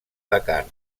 dakar